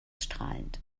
strahlend